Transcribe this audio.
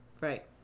right